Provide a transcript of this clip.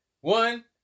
one